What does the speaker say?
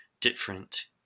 different